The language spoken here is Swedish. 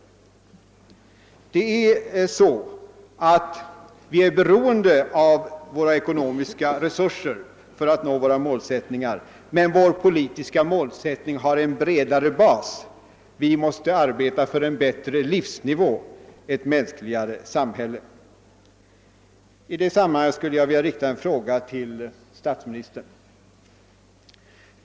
Vi är beroende av ökade ekonomiska resurser för att nå våra målsättningar, men den politiska målsättningen har en bredare bas: Vi måste arbeta för en bättre livsnivå, ett mänskligare samhälle. I det sammanhanget vill jag rikta en fråga till statsministern.